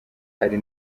ari